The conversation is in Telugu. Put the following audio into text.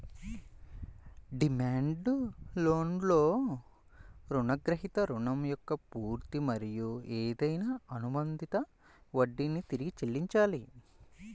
డిమాండ్ లోన్లో రుణగ్రహీత రుణం యొక్క పూర్తి మరియు ఏదైనా అనుబంధిత వడ్డీని తిరిగి చెల్లించాలి